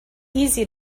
easy